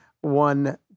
one